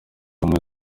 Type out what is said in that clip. ubumwe